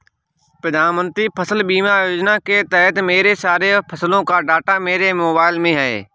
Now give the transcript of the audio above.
प्रधानमंत्री फसल बीमा योजना के तहत मेरे सारे फसलों का डाटा मेरे मोबाइल में है